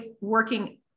working